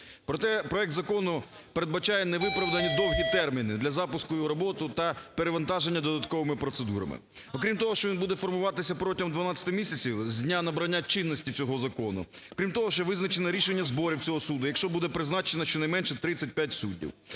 Проте проект закону передбачає невиправдані довгі терміни для запуску його роботи та перевантаження додатковими процедурами. Окрім того, що він буде формуватися протягом 12 місяців з дня набрання чинності цього закону, крім того, що визначено рішення зборів цього суду, якщо буде призначено щонайменше 35 суддів.